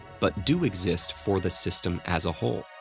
but do exist for the system as a whole.